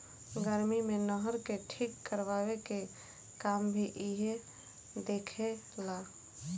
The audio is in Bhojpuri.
गर्मी मे नहर के ठीक करवाए के काम भी इहे देखे ला